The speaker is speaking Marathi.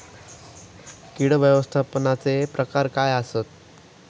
कीड व्यवस्थापनाचे प्रकार काय आसत?